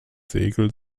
segel